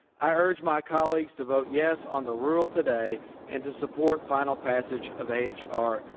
i urge my colleagues to vote yes on the rule today and to support final passage of h r.